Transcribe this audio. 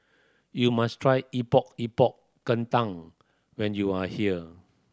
you must try Epok Epok Kentang when you are here